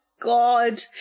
God